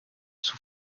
sous